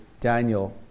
Daniel